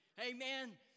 Amen